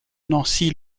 noisy